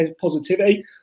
positivity